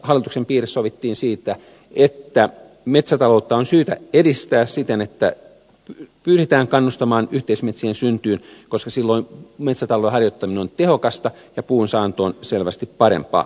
hallituksen piirissä sovittiin siitä että metsätaloutta on syytä edistää siten että pyritään kannustamaan yhteismetsien syntyyn koska silloin metsätalouden harjoittaminen on tehokasta ja puun saanto on selvästi parempaa